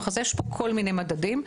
יש פה כל מיני מדדים.